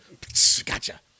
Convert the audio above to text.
gotcha